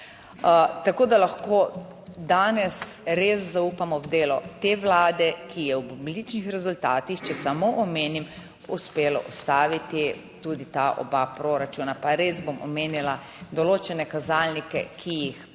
Tako, da lahko danes res zaupamo v delo te Vlade, ki je ob odličnih rezultatih, če samo omenim, uspelo ustaviti tudi ta oba proračuna, pa res bom omenila določene kazalnike, ki jih premalokrat